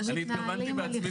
שלי.